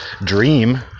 dream